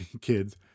kids